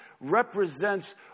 represents